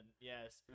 yes